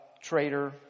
trader